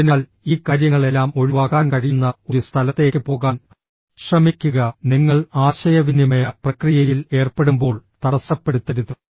അതിനാൽ ഈ കാര്യങ്ങളെല്ലാം ഒഴിവാക്കാൻ കഴിയുന്ന ഒരു സ്ഥലത്തേക്ക് പോകാൻ ശ്രമിക്കുക നിങ്ങൾ ആശയവിനിമയ പ്രക്രിയയിൽ ഏർപ്പെടുമ്പോൾ തടസ്സപ്പെടുത്തരുത്